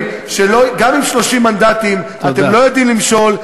שגם עם 30 מנדטים אתם לא יודעים למשול,